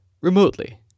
Remotely